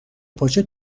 پاچه